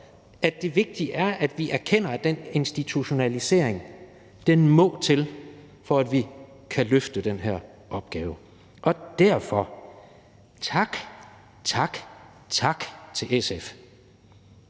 at det vigtige er, at vi erkender, at den institutionalisering må til, for at vi kan løfte den her opgave. Derfor tak, tak, tak til SF